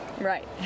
Right